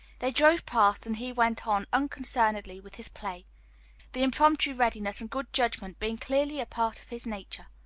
they drove past, and he went on unconcernedly with his play the impromptu readiness and good judgment being clearly a part of his nature.